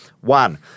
One